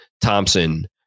Thompson